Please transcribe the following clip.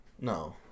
No